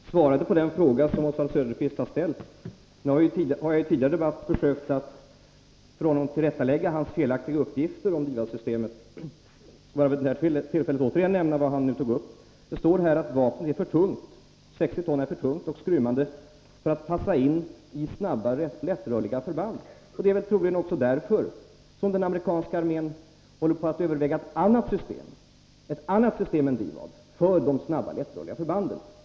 Fru talman! Jag svarade på den fråga som Oswald Söderqvist ställt. I tidigare debatter har jag försökt att tillrättalägga hans felaktiga uppgifter om DIVAD-systemet, men jag får vid det här tillfället försöka göra det igen. Det står i svaret att vapnet är för tungt, 60 ton, och skrymmande för att passa in i snabba och lättrörliga förband. Det är troligen också därför som den amerikanska armén håller på att överväga ett annat system än DIVAD för de snabba och lättrörliga förbanden.